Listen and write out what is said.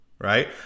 right